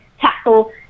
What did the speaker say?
tackle